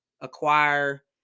acquire